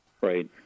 Right